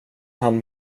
han